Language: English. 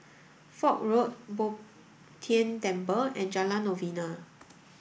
Foch Road Bo Tien Temple and Jalan Novena